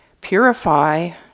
purify